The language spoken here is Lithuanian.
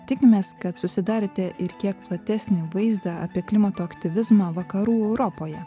tikimės kad susidarėte ir kiek platesnį vaizdą apie klimato aktyvizmą vakarų europoje